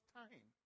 time